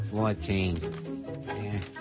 Fourteen